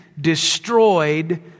destroyed